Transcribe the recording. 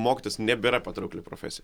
mokytojas nebėra patraukli profesija